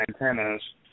antennas